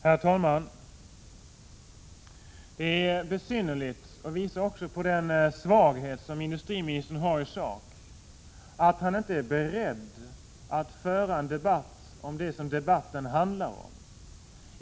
Herr talman! Det är besynnerligt och visar också på industriministerns svaghet i sak att industriministern inte är beredd att föra en debatt om det ämne jag har tagit upp.